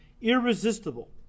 irresistible